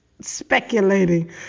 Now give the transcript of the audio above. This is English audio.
speculating